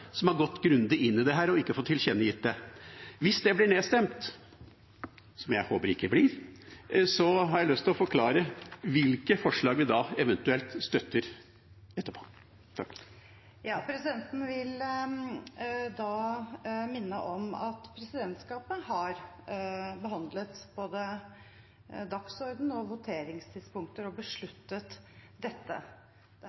som har gått grundig inn i dette og ikke fått tilkjennegitt det. Hvis det blir nedstemt, som jeg håper det ikke blir, har jeg lyst til å forklare hvilke forslag vi da eventuelt støtter. Presidenten vil minne om at presidentskapet har behandlet både dagsordenen og voteringstidspunktet og besluttet dette.